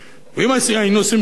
אם היינו עושים חשבון,